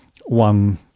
one